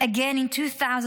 Again in 2012,